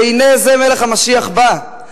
והנה זה מלך המשיח בא,